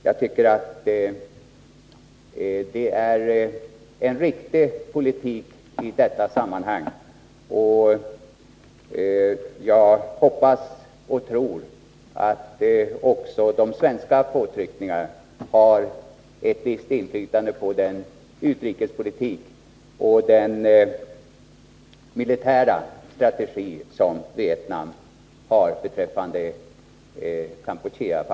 Jag tycker att det är en riktig politik i detta sammanhang, och jag hoppas och tror att också de svenska påtryckningarna har ett visst inflytande på Vietnams utrikespolitik och militära strategi beträffande Kampuchea.